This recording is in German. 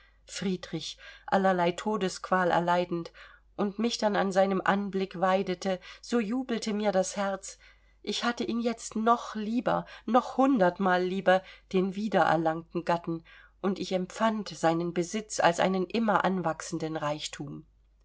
friedrich allerlei todesqual erleidend und mich dann an seinem anblick weidete so jubelte mir das herz ich hatte ihn jetzt noch lieber noch hundertmal lieber den wiedererlangten gatten und ich empfand seinen besitz als einen immer anwachsenden reichtum